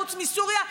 חוץ מסוריה,